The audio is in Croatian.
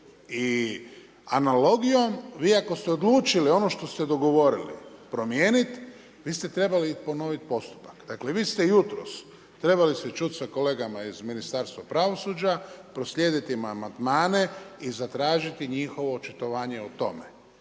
I analogijom, vi ako ste odlučili ono što ste dogovorili promijeniti vi ste trebali ponoviti postupak. Dakle vi ste jutros, trebali se čuti sa kolegama iz Ministarstva pravosuđa, proslijediti im amandmane i zatražiti njihovo očitovanje o tome